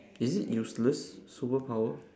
is it useless superpower